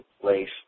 place